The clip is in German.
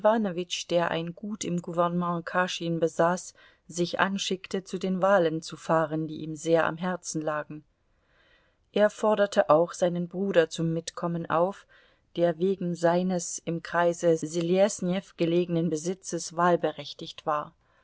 der ein gut im gouvernement kaschin besaß sich anschickte zu den wahlen zu fahren die ihm sehr am herzen lagen er forderte auch seinen bruder zum mitkommen auf der wegen seines im kreise selesnjew gelegenen besitzes wahlberechtigt war